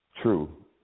true